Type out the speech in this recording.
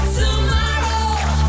tomorrow